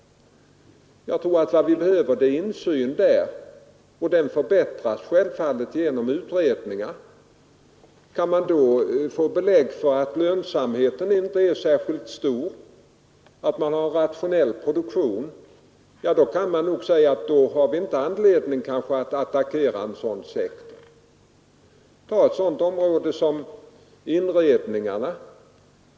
Vad vi behöver är insyn på detta område, och den förbättras självfallet genom utredningar. Kan man genom sådana få belägg för att lönsamheten inte är särskilt stor och att produktionen är rationell, kan man nog konstatera att vi inte har anledning att attackera en sådan sektor. Ta ett sådant område som inredningsbranschen!